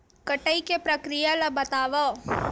कटाई के प्रक्रिया ला बतावव?